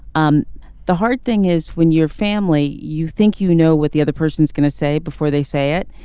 um the hard thing is when you're family you think you know what the other person's going to say before they say it.